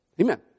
Amen